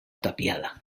tapiada